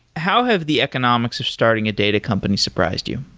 how have the economics of starting a data company surprised you?